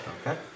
Okay